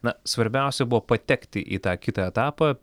na svarbiausia buvo patekti į tą kitą etapą